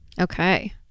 Okay